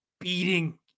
beating